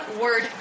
word